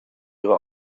ihre